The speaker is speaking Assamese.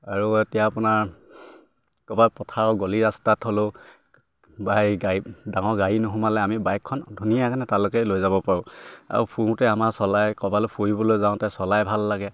আৰু এতিয়া আপোনাৰ ক'ৰবাত পথাৰ গলি ৰাস্তাত হ'লেও বা এই গাড়ী ডাঙৰ গাড়ী নোসোমালে আমি বাইকখন ধুনীয়া কাৰণে তালৈকে লৈ যাব পাৰোঁ আৰু ফুৰোতে আমাৰ চলাই ক'বালে ফুৰিবলৈ যাওঁতে চলাই ভাল লাগে